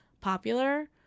popular